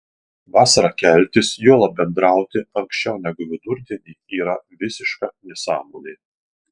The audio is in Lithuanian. vasarą keltis juolab bendrauti anksčiau negu vidurdienį yra visiška nesąmonė